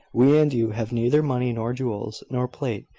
we and you have neither money nor jewels, nor plate,